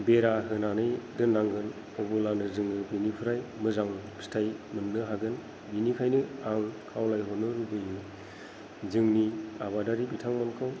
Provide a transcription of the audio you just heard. बेरा होनानै दोननांगोन अब्लानो जोङो बेनिफ्राय मोजां फिथाय मोननो हागोन बेनिखायनो आं खावलायहरनो लुबैयो जोंनि आबादारि बिथांमोनखौ